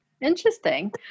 Interesting